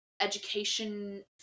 education